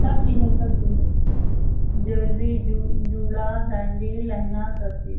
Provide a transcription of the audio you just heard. सब चीज़ है सब चीज़ है ज्वेलरी जूड़ा सैंडिल लहंगा सब चीज़